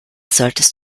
solltest